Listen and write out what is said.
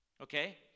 Okay